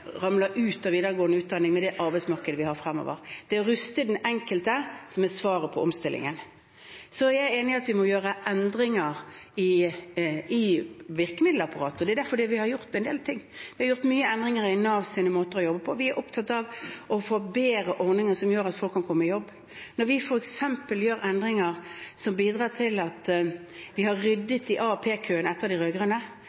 ramler ut av videregående utdanning med det arbeidsmarkedet vi har fremover. Å ruste den enkelte er svaret på omstillingen. Jeg er enig i at vi må gjøre endringer i virkemiddelapparatet. Det er derfor vi har gjort en del. Vi har gjort mange endringer i Navs måter å jobbe på. Vi er opptatt av å få bedre ordninger, som gjør at folk kan komme seg i jobb. For eksempel har vi gjort endringer som har bidratt til at vi har